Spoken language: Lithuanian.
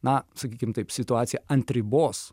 na sakykim taip situacija ant ribos